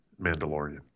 Mandalorian